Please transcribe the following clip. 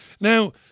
Now